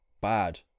bad